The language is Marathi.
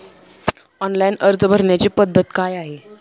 ऑनलाइन अर्ज भरण्याची पद्धत काय आहे?